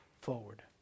forward